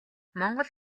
монгол